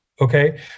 okay